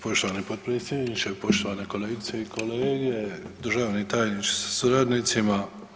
Poštovani potpredsjedniče, poštovane kolegice i kolege, državni tajniče sa suradnicima.